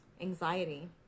anxiety